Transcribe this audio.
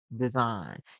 design